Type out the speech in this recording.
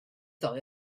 ddau